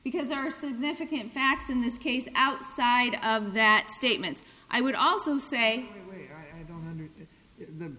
are significant facts in this case outside of that statement i would also say i don't understand the